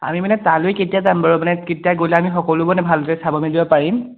আমি মানে তালৈ কেতিয়া যাম বাৰু মানে কেতিয়া গ'লে আমি সকলোবোৰ মানে ভালদৰে চাব মেলিব পাৰিম